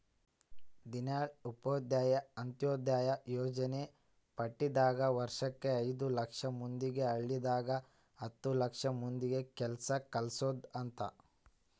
ದೀನ್ದಯಾಳ್ ಉಪಾಧ್ಯಾಯ ಅಂತ್ಯೋದಯ ಯೋಜನೆ ಪ್ಯಾಟಿದಾಗ ವರ್ಷಕ್ ಐದು ಲಕ್ಷ ಮಂದಿಗೆ ಹಳ್ಳಿದಾಗ ಹತ್ತು ಲಕ್ಷ ಮಂದಿಗ ಕೆಲ್ಸ ಕಲ್ಸೊದ್ ಅಂತ